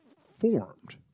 formed